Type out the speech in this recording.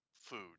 food